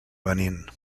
benín